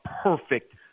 perfect